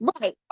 Right